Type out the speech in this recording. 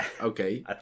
Okay